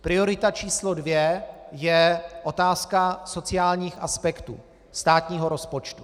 Priorita číslo dvě je otázka sociálních aspektů státního rozpočtu.